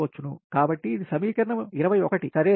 కాబట్టి ఇది సమీకరణం 21 సరే